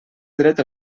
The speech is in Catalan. dret